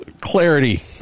clarity